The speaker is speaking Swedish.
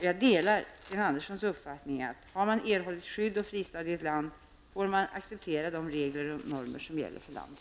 Jag delar Sten Anderssons uppfattning, att har man erhållit skydd och fristad i ett land får man acceptera de regler och normer som gäller för landet.